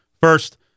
first